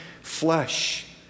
flesh